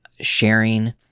sharing